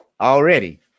already